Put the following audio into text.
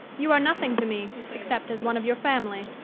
you are nothing to me, except as one of your family.